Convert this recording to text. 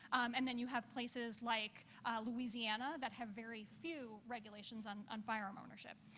and then you have places like louisiana that have very few regulations on on firearm ownership.